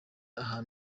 aha